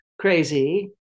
crazy